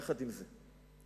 עם זאת,